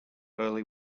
early